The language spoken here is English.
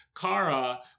Kara